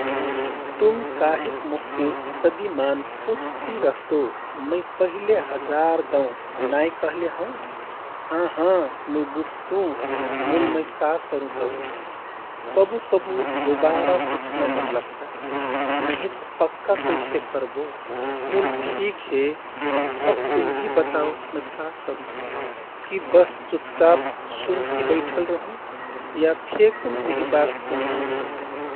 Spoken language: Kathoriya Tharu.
तुम काहिक मोहके सदिमान पुछति रहतो? मै पहिले हजार दाउँ नाइ कहले हौँ। हाँ हाँ मै बुझ्तु, मुल मै का करूँ तौ? कबु कबु दुवारा पुछना मन लगता, नहित पक्का कैसे करबो? मूल ठिक हे, अब तुम्हि बताउ मै का करूँ? कि बस चुपचाप सुन्ति बैठल रहुँ? या फेकुन उही बात पुछुँ।